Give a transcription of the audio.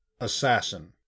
Assassin